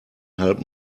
help